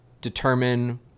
determine